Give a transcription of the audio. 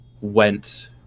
went